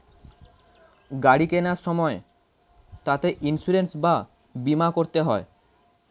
গাড়ি কেনার সময় তাতে ইন্সুরেন্স বা বীমা করতে হয়